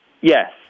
Yes